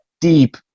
deep